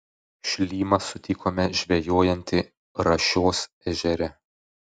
šlymą sutikome žvejojantį rašios ežere